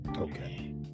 Okay